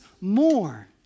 more